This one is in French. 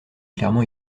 clairement